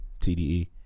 TDE